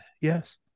Yes